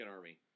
Army